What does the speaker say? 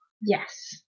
Yes